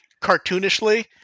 cartoonishly